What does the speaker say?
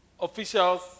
officials